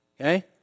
okay